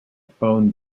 phone